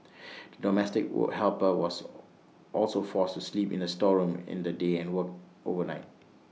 the domestic work helper was also forced to sleep in the storeroom in the day and worked overnight